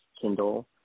Kindle